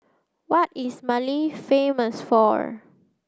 what is Mali famous for